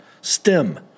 STEM